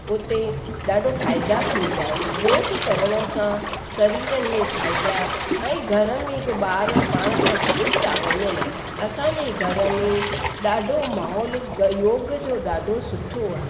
उते ॾाढो फ़ाइदा थींदा आहिनि योग करण सां शरीरनि में फ़ाइदा ऐं घर में हिकु ॿार पाण खां सिखी था वञनि असांजे घर में ॾाढो माहौलु योग जो ॾाढो सुठो आहे